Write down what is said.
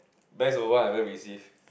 based of one hundred received